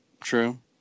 True